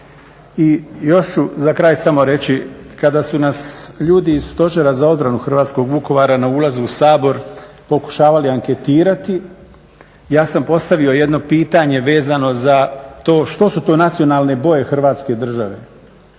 I još ću za kraj samo reći, kada su nas ljudi iz Stožera za obranu hrvatskog Vukovara na ulazu u Sabor pokušali anketirati, ja sam postavio jedno pitanje vezano za to što su nacionalne boje Hrvatske države.